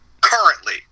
Currently